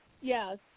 Yes